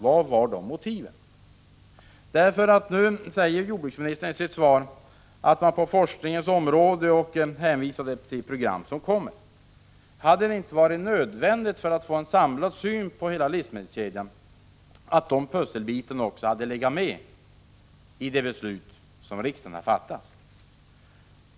Nu talar jordbruksministern i sitt svar om forskning och hänvisar till ett program som kommer. Hade det inte varit nödvändigt, för att få en samlad syn på hela livsmedelskedjan, att de pusselbitarna också legat med i det beslut som vi har fattat?